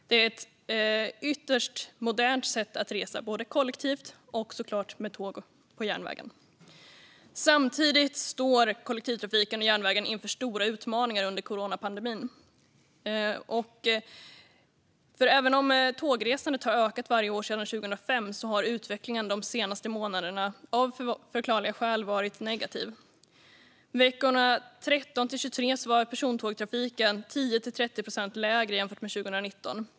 Det är ett ytterst modernt sätt att resa - båda kollektivt och, såklart, med tåg på järnvägen. Samtidigt står kollektivtrafiken och järnvägen inför stora utmaningar under coronapandemin. Även om tågresandet har ökat varje år sedan 2005 har utvecklingen de senaste månaderna av förklarliga skäl varit negativ. Veckorna 13-23 var persontågtrafiken 10-30 procent lägre än under 2019.